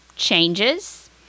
changes